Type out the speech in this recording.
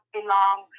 belong